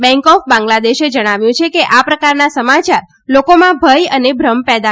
બેન્કે ઓફ બાંગ્લાદેશે જણાવ્યું છે કે આ પ્રકારના સમાચાર લોકોમાં ભય અને ભ્રમ પેદા તા